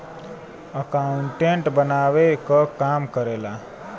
accountant बनावे क काम करेला